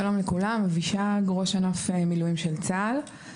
שלום לכולם, אבישג, ראש ענף מילואים של צה"ל.